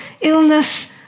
illness